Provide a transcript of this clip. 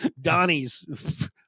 Donnie's